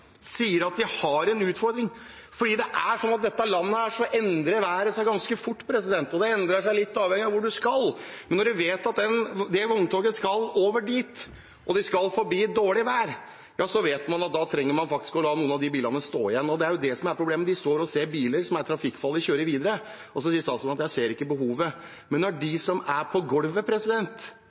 Når man vet at et vogntoget skal over dit og det skal forbi et dårlig vær, så vet man at da trenger man faktisk å la noen av de bilene stå igjen. Det er det som er problemet: De står og ser biler som er trafikkfarlige, kjøre videre. Og statsråden sier at han ikke ser behovet. Men når de som er på gulvet, de som er nærmest, sier at de trenger det, hvordan kan statsråden mene og stå her å si at dette ikke er et problem? La meg først si at jeg har stor respekt for de folkene som jobber på